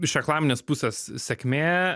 iš reklaminės pusės sėkmė